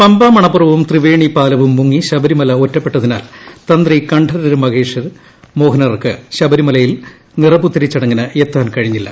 പമ്പ മണപ്പുറവും തൃവേണി പാലവും മുങ്ങി ശബരിമല ഒറ്റപ്പെട്ടതിനാൽ തന്ത്രി കണ്ഠരര് മഹേഷ് മോഹനനർക്ക് ശബരിമലയിൽ നിറപുത്തരി ചടങ്ങിന് എത്താൻ കഴിഞ്ഞില്ല